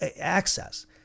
access